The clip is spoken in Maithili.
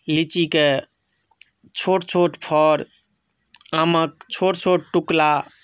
लीचीक छोट छोट फर आमक छोट छोट टिकुला